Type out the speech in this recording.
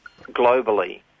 globally